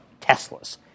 Teslas